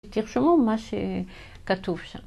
תרשמו מה שכתוב שם.